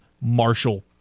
Marshall